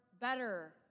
better